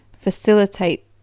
facilitate